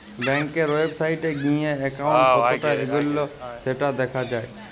ব্যাংকের ওয়েবসাইটে গিএ একাউন্ট কতটা এগল্য সেটা দ্যাখা যায়